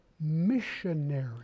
missionary